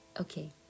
Okay